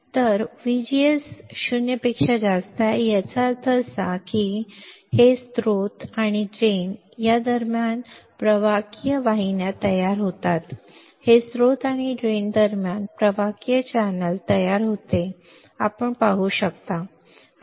आता VGS 0 पेक्षा जास्त आहे याचा अर्थ असा आहे की उलटा स्त्रोत आणि ड्रेन यांच्या दरम्यान प्रवाहकीय वाहिन्या तयार होतात हे स्त्रोत आणि ड्रेन दरम्यान प्रवाहकीय चॅनेल तयार होते जसे आपण पाहू शकता